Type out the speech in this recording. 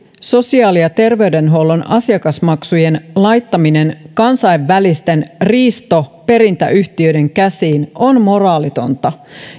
sosiaali ja terveydenhuollon asiakasmaksujen laittaminen kansainvälisten riistoperintäyhtiöiden käsiin on moraalitonta